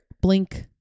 Blink